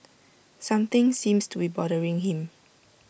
something seems to be bothering him